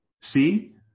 See